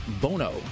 Bono